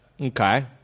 Okay